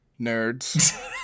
nerds